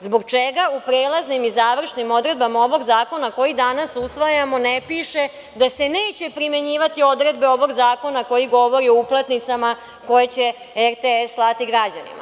Zbog čega u prelaznim i završnim odredbama ovog zakona koji danas usvajamo ne piše da se neće primenjivati odredbe ovog zakona koji govori o uplatnicama koje će RTS slati građanima?